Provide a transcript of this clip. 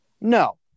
No